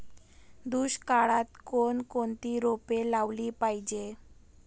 दुष्काळात कोणकोणती रोपे लावली पाहिजे?